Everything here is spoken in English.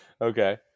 Okay